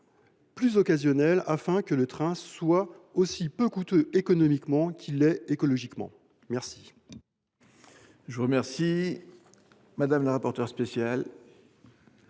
plus occasionnels, afin que le train soit aussi peu coûteux économiquement qu’il l’est écologiquement. Quel